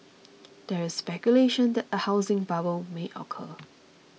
there is speculation that a housing bubble may occur